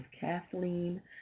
Kathleen